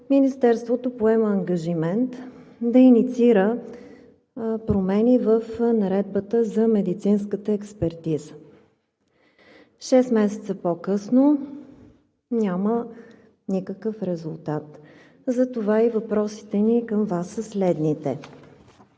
Министерството поема ангажимент да инициира промени в Наредбата за медицинската експертиза. Шест месеца по-късно няма никакъв резултат. Затова и въпросите ни към Вас са следните: